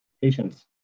Patience